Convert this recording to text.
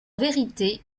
vérité